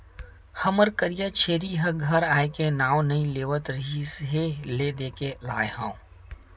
हमर करिया छेरी ह घर आए के नांव नइ लेवत रिहिस हे ले देके लाय हँव